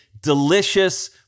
delicious